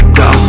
go